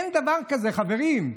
אין דבר כזה, חברים.